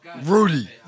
Rudy